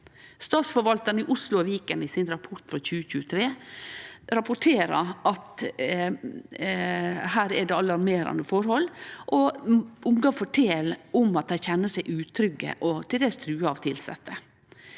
Statsforvaltaren i Oslo og Viken seier i sin rapport for 2023 at her er det alarmerande forhold, og ungar fortel om at dei kjenner seg utrygge og til dels truga av tilsette.